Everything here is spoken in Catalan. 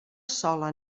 sola